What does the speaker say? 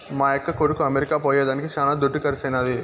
మా యక్క కొడుకు అమెరికా పోయేదానికి శానా దుడ్డు కర్సైనాది